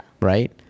Right